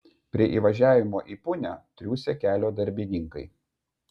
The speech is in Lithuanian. prie įvažiavimo į punią triūsė kelio darbininkai